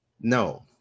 No